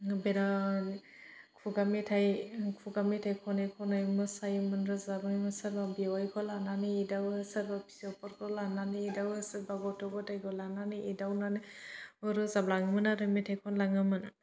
बिराथ खुगा मेथाइ खुगा मेथाइ खनै खनै मोसायोमोन रोजाबोमोन सोरबा बेवाइखौ लानानै एदावो सोरबा फिसौफोरखौ लानानै एदावो सोरबा गथ' ग'थाइखौ लानानै एदावनानै रोजाबलाङोमोन आरो मेथाइ खनलाङोमोन